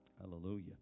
hallelujah